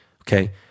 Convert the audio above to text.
okay